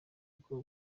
bwo